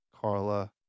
Carla